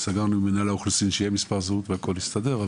סגרנו עם מנהל האוכלוסין שיהיה להם מספר זהות והכל יסתדר,